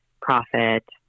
profit